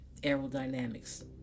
aerodynamics